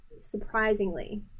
surprisingly